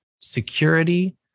security